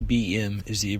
abbreviation